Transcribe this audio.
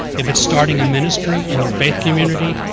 if it's starting a ministry in your faith community,